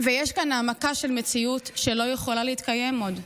ויש כאן העמקה של מציאות שלא יכולה להתקיים עוד.